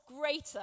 greater